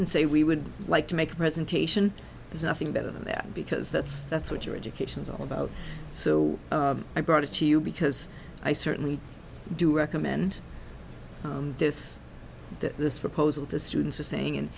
and say we would like to make a presentation there's nothing better than that because that's that's what your education is all about so i brought it to you because i certainly do recommend this that this proposal to students are saying and